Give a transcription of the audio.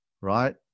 Right